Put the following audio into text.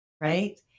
right